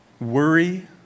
Worry